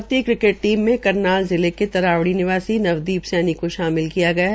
भारतीय cricket team में करनाल जिले के तराबड़ी निवासी नवदीप सैनी को शामिल किया गया है